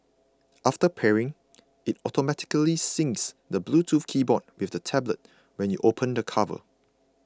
after pairing it automatically syncs the Bluetooth keyboard with the tablet when you open the cover